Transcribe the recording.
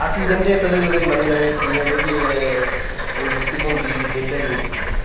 अस बी जंदे तदूं तदूं नमीं स्कीम ही जेह्की स्कूल रुट्टी थ्होंदी ही मिड डे मील स्कीम